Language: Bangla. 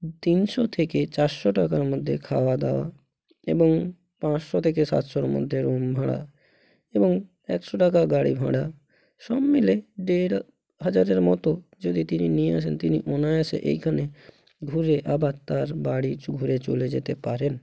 তিনশো থেকে চারশো টাকার মধ্যে খাওয়া দাওয়া এবং পাঁচশো থেকে সাতশোর মধ্যে রুম ভাড়া এবং একশো টাকায় গাড়ি ভাড়া সব মিলিয়ে দেড় হাজারের মতো যদি তিনি নিয়ে আসেন তিনি অনায়াসে এইখানে ঘুরে আবার তার বাড়ি চো ঘুরে চলে যেতে পারেন